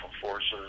forces